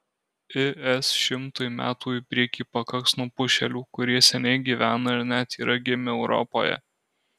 is šimtui metų į priekį pakaks nupušėlių kurie seniai gyvena ar net yra gimę europoje